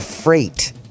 Freight